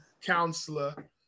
counselor